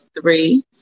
three